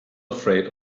afraid